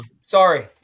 Sorry